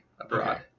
abroad